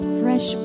fresh